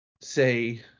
say